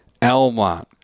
Elmont